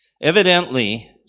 evidently